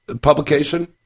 publication